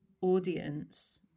audience